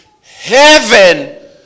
heaven